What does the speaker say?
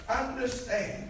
understand